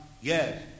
Yes